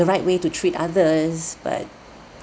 the right way to treat others but